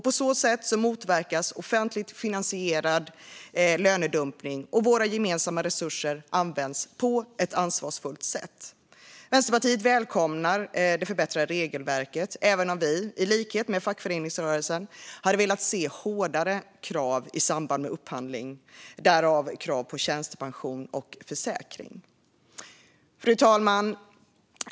På så sätt motverkas offentligt finansierad lönedumpning, och våra gemensamma resurser används på ett ansvarsfullt sätt. Vi i Vänsterpartiet välkomnar det förbättrade regelverket även om vi, i likhet med fackföreningsrörelsen, hade velat se hårdare krav i samband med upphandling, däribland krav på tjänstepension och försäkring. Fru talman!